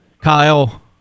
Kyle